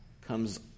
comes